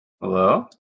hello